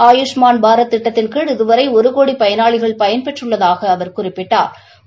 ஆயூஷ்மாள் பாரத் திட்டத்தின் கீழ் இதுவனர் ஒரு கோடி பயனாளிகள் பயன்பெற்றுள்ளதாக அவர் குறிப்பிட்டாா்